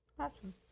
Awesome